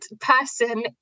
person